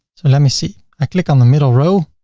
so let me see. i click on the middle row.